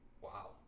Wow